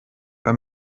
bei